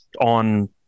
on